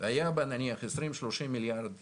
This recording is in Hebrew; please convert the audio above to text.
והיה בה נניח 30, 20 מיליארד